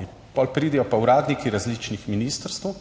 In potem pridejo pa uradniki različnih ministrstev,